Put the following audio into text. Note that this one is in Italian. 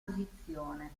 posizione